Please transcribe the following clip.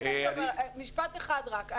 משפט אחד רק.